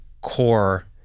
core